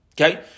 Okay